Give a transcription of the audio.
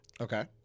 Okay